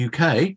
uk